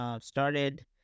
started